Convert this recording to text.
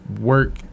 work